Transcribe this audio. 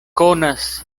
konas